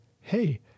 hey